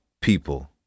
people